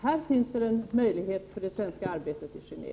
Här finns det väl en möjlighet för Sverige i Geneve.